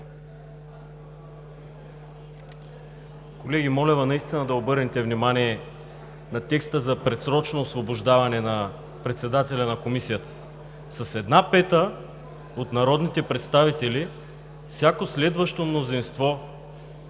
Колеги, моля Ви наистина да обърнете внимание на текста за предсрочно освобождаване на председателя на Комисията. С една пета от народните представители всяко следващо мнозинство